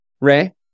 Ray